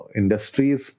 industries